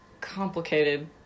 complicated